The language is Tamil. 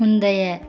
முந்தைய